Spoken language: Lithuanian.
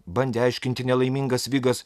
bandė aiškinti nelaimingas vigas